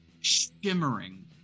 shimmering